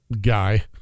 guy